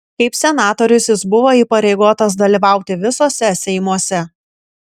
kaip senatorius jis buvo įpareigotas dalyvauti visuose seimuose